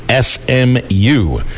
SMU